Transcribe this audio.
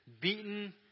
beaten